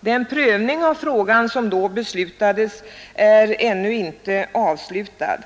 Den prövning som då beslutades är ännu inte avslutad.